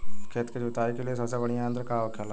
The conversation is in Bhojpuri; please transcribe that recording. खेत की जुताई के लिए सबसे बढ़ियां यंत्र का होखेला?